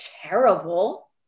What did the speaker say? terrible